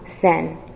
sin